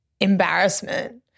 embarrassment